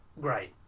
great